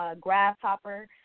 Grasshopper